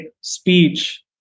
speech